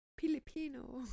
Filipino